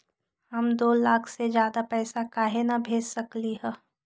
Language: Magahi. हम दो लाख से ज्यादा पैसा काहे न भेज सकली ह?